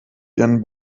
ihren